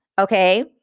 Okay